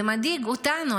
זה מדאיג אותנו.